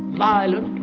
violent,